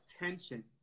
attention